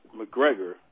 McGregor